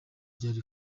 ryari